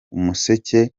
umuseke